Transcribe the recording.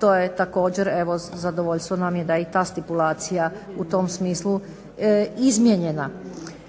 to je također evo zadovoljstvo nam je da i ta stipulacija u tom smislu izmijenjena.